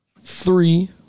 three